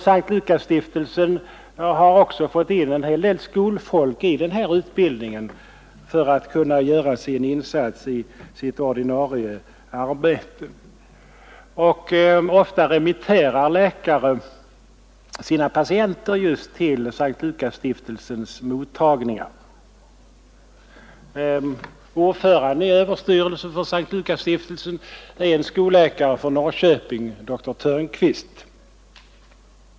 S:t Lukasstiftelsen har även fått med en del skolfolk i denna utbildning för att de därefter skall kunna göra en insats i sitt ordinarie arbete. Ofta remitterar läkare sina patienter just till S:t Lukasstiftelsens mottagningar. Ordförande i överstyrelsen för S:t Lukasstiftelsen är skolläkaren i Norrköping, dr Törnkvist.